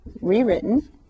rewritten